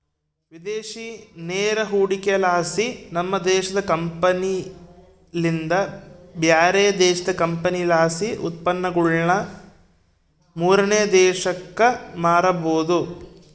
ವಿದೇಶಿ ನೇರ ಹೂಡಿಕೆಲಾಸಿ, ನಮ್ಮ ದೇಶದ ಕಂಪನಿಲಿಂದ ಬ್ಯಾರೆ ದೇಶದ ಕಂಪನಿಲಾಸಿ ಉತ್ಪನ್ನಗುಳನ್ನ ಮೂರನೇ ದೇಶಕ್ಕ ಮಾರಬೊದು